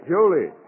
Julie